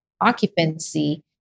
occupancy